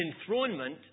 enthronement